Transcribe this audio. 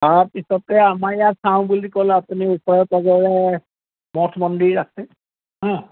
তাৰপিছতে আমাৰ ইয়াত চাওঁ বুলি ক'লে আপুনি ওচৰে পাজৰে মঠ মন্দিৰ আছে